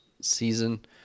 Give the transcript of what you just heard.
season